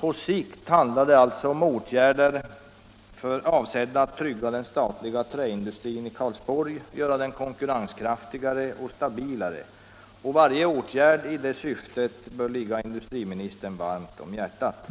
På sikt handlar det alltså om åtgärder avsedda att trygga den statliga träindustrin i Karlsborg, göra den konkurrenskraftigare och stabilare, och varje åtgärd i det syftet bör ligga industriministern varmt om hjärtat.